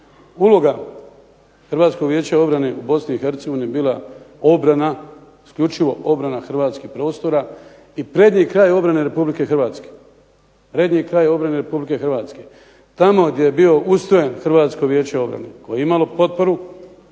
bila je obrana, isključivo obrana hrvatskih prostora i prednji kraj obrane Republike Hrvatske, tamo gdje je bilo ustrojeno Hrvatsko vijeće obrane koje je imalo potporu,